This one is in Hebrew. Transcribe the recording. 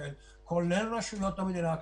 כולל רשויות המדינה,